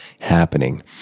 happening